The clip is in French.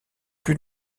plus